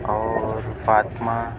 اور فاطمہ